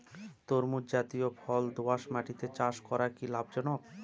তরমুজ জাতিয় ফল দোঁয়াশ মাটিতে চাষ করা কি লাভজনক?